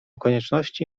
konieczności